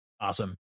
Awesome